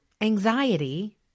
anxiety